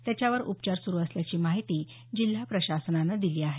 त्याच्यावर उपचार सुरु असल्याची माहिती जिल्हा प्रशासनानं दिली आहे